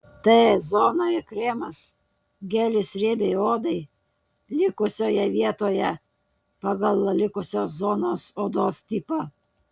t zonoje kremas gelis riebiai odai likusioje vietoje pagal likusios zonos odos tipą